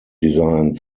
designed